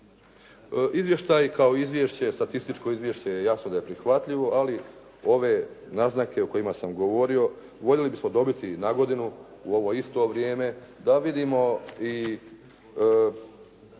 Izvještaj kao izvješće, statističko izvješće je jasno neprihvatljivo ali ove naznake o kojima sam govorio voljeli bismo dobiti na godinu u ovo isto vrijeme da vidimo i